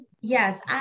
Yes